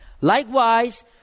Likewise